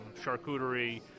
charcuterie